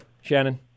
Shannon